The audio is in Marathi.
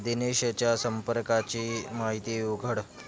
दिनेशच्या संपर्काची माहिती उघड